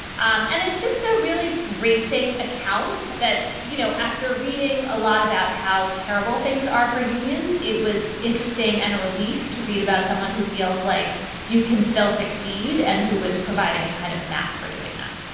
um and it's just a really bracing account that, you know, after reading a lot about how terrible things are for unions. it was interesting and a relief to read about someone who feels like you can still succeed and who is providing a kind of map for doing that.